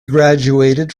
graduated